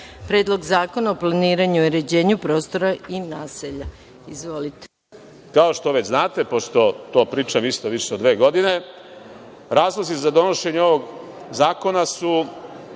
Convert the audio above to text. Predlog zakona o planiranju i uređenju prostora i naselja. Izvolite. **Zoran Živković** Kao što već znate, pošto to pričam isto više od dve godine, razlozi za donošenje ovog zakona su